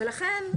אם אתה זוכר,